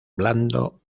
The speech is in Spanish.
blando